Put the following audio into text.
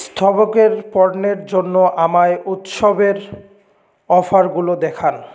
স্থবকের পণ্যের জন্য আমায় উৎসবের অফারগুলো দেখান